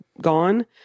gone